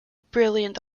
brilliant